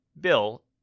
Bill